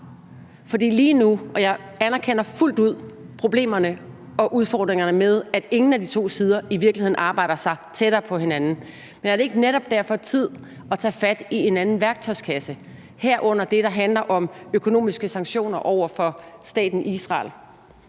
tid til – og jeg anerkender fuldt ud problemerne og udfordringerne med, at ingen af de to sider i virkeligheden arbejder sig tættere på hinanden – at tage fat i en anden værktøjskasse, herunder det, der handler om økonomiske sanktioner over for staten Israel?